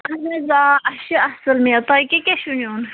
اَہَن حظ آ اَسہِ چھِ اَصٕل مٮ۪وٕ تۄہہِ کیٛاہ کیٛاہ چھُو نِیُن